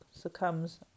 succumbs